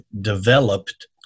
developed